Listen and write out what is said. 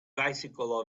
bicycle